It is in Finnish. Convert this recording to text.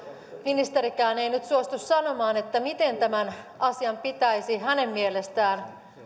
ministerikään ei nyt suostu sanomaan miten tämän asian pitäisi hänen mielestään